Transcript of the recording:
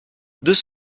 deux